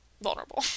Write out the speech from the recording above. vulnerable